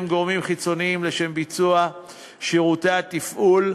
גורמים חיצוניים לשם ביצוע שירותי התפעול,